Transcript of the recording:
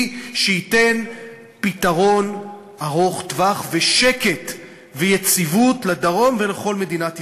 שייתן פתרון ארוך-טווח ושקט ויציבות לדרום ולכל מדינת ישראל.